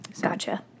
Gotcha